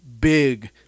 big